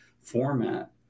format